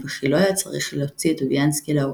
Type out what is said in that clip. וכי לא היה צריך להוציא את טוביאנסקי להורג.